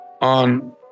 on